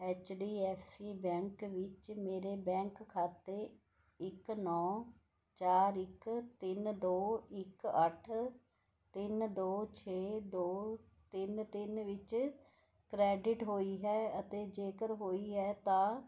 H D F C bank ਵਿੱਚ ਮੇਰੇ bank ਖਾਤੇ ਇੱਕ ਨੌ ਚਾਰ ਇੱਕ ਤਿੰਨ ਦੋ ਇੱਕ ਅੱਠ ਤਿੰਨ ਦੋ ਛੇ ਦੋ ਤਿੰਨ ਤਿੰਨ ਵਿੱਚ ਕ੍ਰੈਡਿਟ ਹੋਈ ਹੈ ਅਤੇ ਜੇਕਰ ਹੋਈ ਹੈ ਤਾਂ